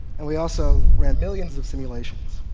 and we also ran millions of simulations.